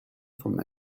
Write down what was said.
from